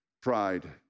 pride